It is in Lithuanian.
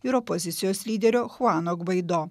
ir opozicijos lyderio chuano gvaido